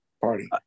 Party